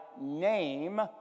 name